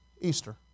Easter